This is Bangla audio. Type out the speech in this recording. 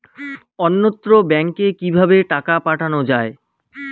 অন্যত্র ব্যংকে কিভাবে টাকা পাঠানো য়ায়?